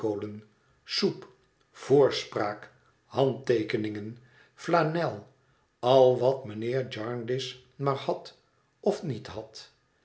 voorspraak handteekeningen flanel al wat mijnheer jarndyce maar had of niet had